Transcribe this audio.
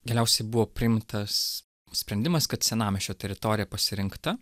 galiausiai buvo priimtas sprendimas kad senamiesčio teritorija pasirinkta